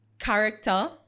Character